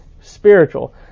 spiritual